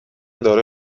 داره